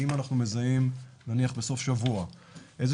אם אנחנו מזהים נניח בסוף שבוע איזה